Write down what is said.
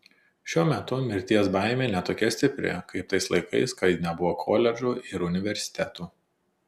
šiuo metu mirties baimė ne tokia stipri kaip tais laikais kai nebuvo koledžų ir universitetų